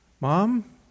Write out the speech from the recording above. Mom